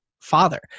father